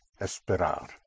Esperar